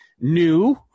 new